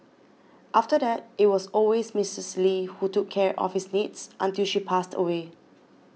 after that it was always Mrs Lee who took care of his needs until she passed away